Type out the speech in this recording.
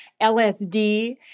LSD